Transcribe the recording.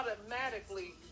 automatically